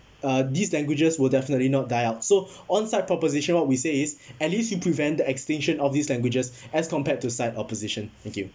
uh these languages will definitely not die out so on side proposition what we say is at least we prevent the extinction of these languages as compared to side opposition thank you